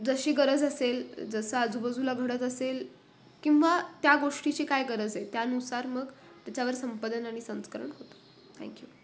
जशी गरज असेल जसं आजूबाजूला घडत असेल किंवा त्या गोष्टीची काय गरज आहे त्यानुसार मग त्याच्यावर संपदन आणि संस्करण होतं थँक्यू